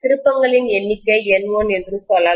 திருப்பங்களின் எண்ணிக்கை N1 என்று சொல்லலாம்